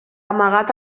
amagat